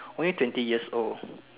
only twenty years old